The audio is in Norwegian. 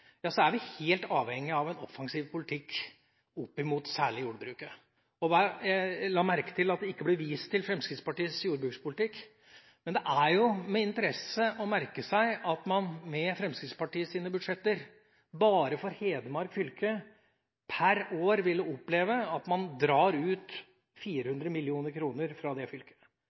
er vi helt avhengig av en offensiv politikk opp mot særlig jordbruket. Jeg la merke til at det ikke ble vist til Fremskrittspartiets jordbrukspolitikk, men det er jo interessant å merke seg at man med Fremskrittspartiets budsjetter bare for Hedmark fylke per år ville oppleve at man drar ut 400 mill. kr. Det er klart at det